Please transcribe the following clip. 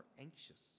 anxious